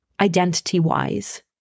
identity-wise